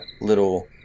little